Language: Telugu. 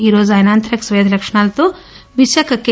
ఈరోజు ఆయన ఆంథ్రాక్స్ వ్యాధి లక్షణాలతో విశాఖ కె